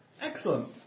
Excellent